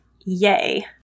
yay